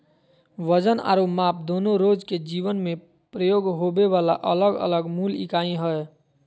वजन आरो माप दोनो रोज के जीवन मे प्रयोग होबे वला अलग अलग मूल इकाई हय